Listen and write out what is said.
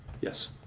Yes